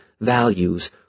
values